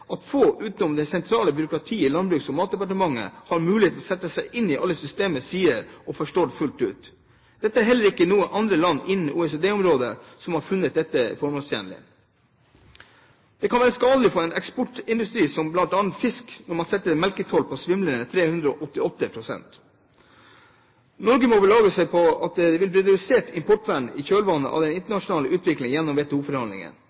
at få utenom det sentrale byråkratiet i Landbruks- og matdepartementet har mulighet til å sette seg inn i alle systemets sider og forstå det fullt ut. Det er heller ikke noen andre land innenfor OECD-området som har funnet dette formålstjenlig. Det kan være skadelig for annen eksportindustri, bl.a. eksport av fisk, når man setter en melketoll på svimlende 388 pst. Norge må belage seg på at det vil bli et redusert importvern i kjølvannet av den